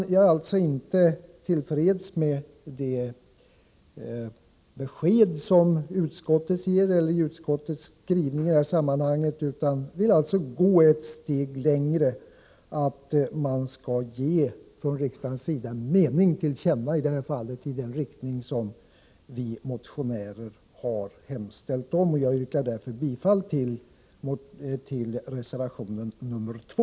Jag är alltså inte till freds med det besked som utskottet har gett, utan vill gå ett steg längre och förorda att riksdagen som sin mening ger till känna vad motionärerna har hemställt. Jag yrkar därför bifall till reservation 2.